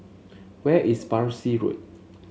where is Parsi Road